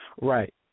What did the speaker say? Right